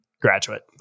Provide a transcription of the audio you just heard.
graduate